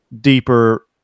deeper